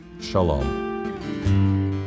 Shalom